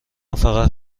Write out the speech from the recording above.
فقط